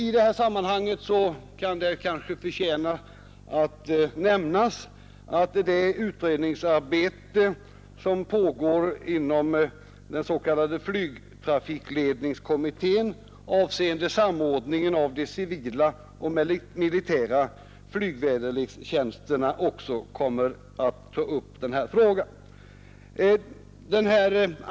I detta sammanhang kan det kanske förtjäna att nämnas att det utredningsarbete som pågår inom den s.k. flygtrafikledningskommittén avseende samordningen av de civila och militära flygväderlekstjänsterna också kommer att ta upp den här frågan.